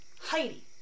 Heidi